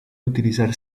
utilizar